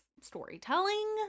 storytelling